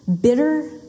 bitter